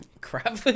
Crap